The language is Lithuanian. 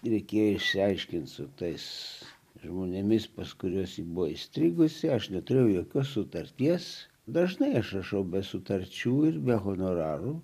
reikėjo išsiaiškint su tais žmonėmis pas kuriuos ji buvo įstrigusi aš neturėjau jokios sutarties dažnai aš rašau be sutarčių ir be honorarų